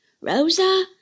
Rosa